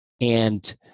And-